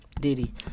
Diddy